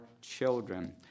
children